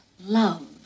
love